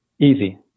Easy